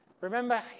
Remember